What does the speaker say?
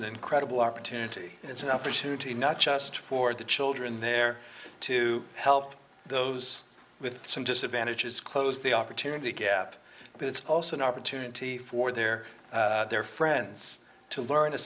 an incredible opportunity and it's an opportunity not just for the children there to help those with some disadvantages close the opportunity gap but it's also an opportunity for their their friends to learn a